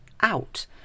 out